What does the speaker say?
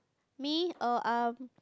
me oh um